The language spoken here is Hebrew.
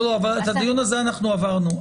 את הדיון הזה עברנו.